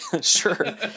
sure